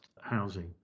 housing